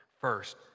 First